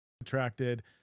attracted